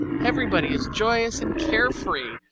everybody is joyous and carefree,